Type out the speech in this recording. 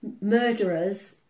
murderers